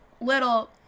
little